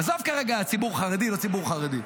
עזוב כרגע ציבור חרדי או לא ציבור חרדי,